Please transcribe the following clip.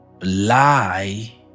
lie